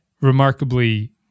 remarkably